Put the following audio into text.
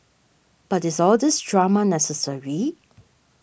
but is all these drama necessary